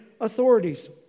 authorities